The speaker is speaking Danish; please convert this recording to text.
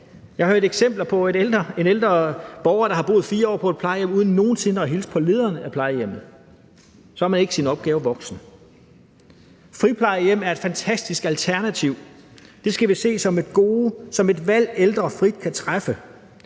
Jeg har hørt om et eksempel på, at en ældre borger har boet 4 år på et plejehjem uden nogen sinde at have hilst på lederen af plejehjemmet. Så er man ikke sin opgave voksen. Friplejehjem er i et fantastisk alternativ. Det skal vi se som et gode og som et valg, ældre frit kan træffe.